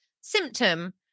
symptom